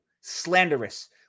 slanderous